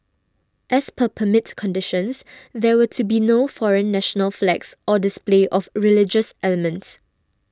as per permit conditions there were to be no foreign national flags or display of religious elements